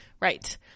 Right